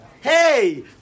Hey